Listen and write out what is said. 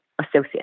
associate